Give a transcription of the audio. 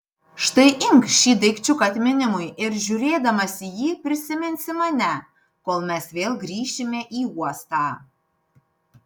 štai imk šį daikčiuką atminimui ir žiūrėdamas į jį prisiminsi mane kol mes vėl grįšime į uostą